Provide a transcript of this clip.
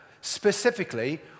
specifically